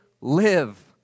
live